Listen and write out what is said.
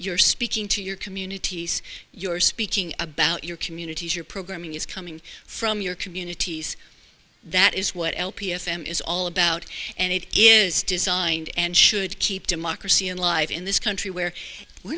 you're speaking to your communities you're speaking about your communities your programming is coming from your communities that is what l p s am is all about and it is designed and should keep democracy and live in this country where we're